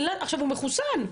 הוא מחוסן.